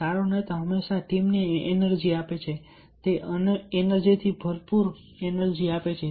સારો નેતા હંમેશા ટીમને એનર્જી આપે છે તે એનર્જીથી ભરપૂર એનર્જી આપે છે